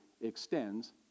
extends